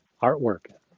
Artwork